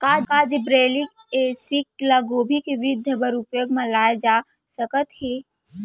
का gibberellic acid ल गोभी के वृद्धि बर उपयोग म लाये जाथे सकत हे?